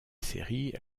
série